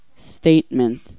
statement